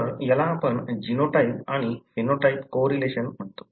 तर याला आपण जीनोटाइप आणि फेनोटाइप को रिलेशन म्हणतो